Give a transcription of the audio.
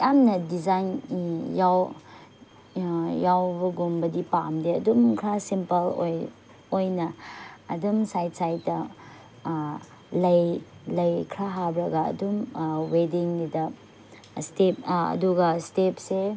ꯌꯥꯝꯅ ꯗꯤꯖꯥꯏꯟ ꯌꯥꯎꯕꯒꯨꯝꯕꯗꯤ ꯄꯥꯝꯗꯦ ꯑꯗꯨꯝ ꯈꯔ ꯁꯤꯝꯄꯜ ꯑꯣꯏ ꯑꯣꯏꯅ ꯑꯗꯨꯝ ꯁꯥꯏꯠ ꯁꯥꯏꯠꯇ ꯂꯩ ꯂꯩ ꯈꯔ ꯍꯥꯞꯂꯒ ꯑꯗꯨꯝ ꯋꯦꯗꯤꯡꯒꯤꯗ ꯏꯁꯇꯦꯞ ꯑꯗꯨꯒ ꯏꯁꯇꯦꯞꯁꯦ